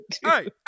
hey